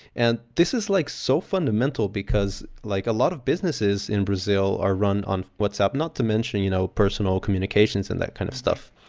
and this is like so fundamental because like a lot of businesses in brazil are run on whatsapp, not to mention you know personal communications and that kind of stuff.